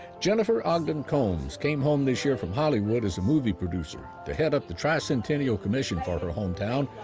jennifer ogden combs came home this year from hollywood as a movie producer to head up the tricentennial commission for her hometown,